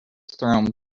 thrown